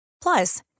Plus